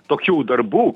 tokių darbų